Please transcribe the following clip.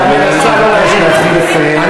אני מבקש להתחיל לסיים.